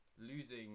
losing